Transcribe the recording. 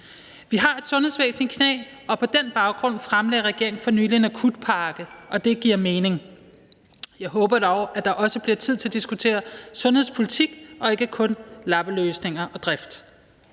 Vi har et sundhedsvæsen i knæ, og på den baggrund fremlagde regeringen for nylig en akutpakke, og det giver mening. Jeg håber dog, at der også bliver tid til at diskutere sundhedspolitik og ikke kun lappeløsninger og drift.